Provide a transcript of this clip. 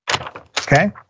Okay